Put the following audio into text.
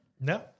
no